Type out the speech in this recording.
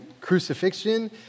crucifixion